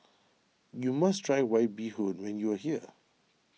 you must try White Bee Hoon when you are here